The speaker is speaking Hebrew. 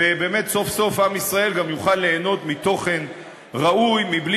ובאמת סוף-סוף עם ישראל גם יוכל ליהנות מתוכן ראוי בלי